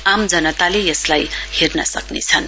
आम जनताले यसलाई हेर्न सक्नेछन्